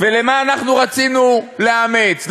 ולמה אנחנו רצינו לאמץ?